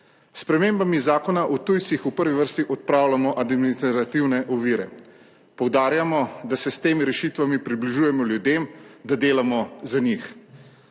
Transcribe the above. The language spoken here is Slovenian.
S spremembami Zakona o tujcih v prvi vrsti odpravljamo administrativne ovire. Poudarjamo, da se s temi rešitvami približujemo ljudem, da delamo za njih.